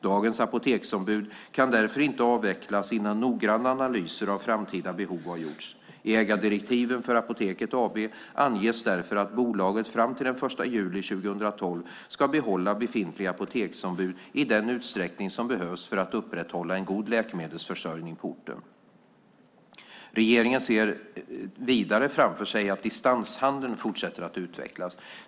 Dagens apoteksombud kan därför inte avvecklas innan noggranna analyser av framtida behov har gjorts. I ägardirektiven för Apoteket AB anges därför att bolaget fram till den 1 juli 2012 ska behålla befintliga apoteksombud i den utsträckning det behövs för att upprätthålla en god läkemedelsförsörjning på orten. Regeringen ser vidare framför sig att distanshandeln fortsätter att utvecklas.